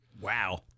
Wow